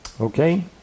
Okay